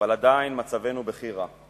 אבל עדיין מצבנו בכי רע.